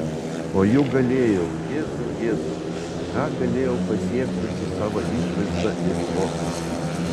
o juk galėjau jėzau jėzau ką galėjau pasiekti su savo išvaizda ir protu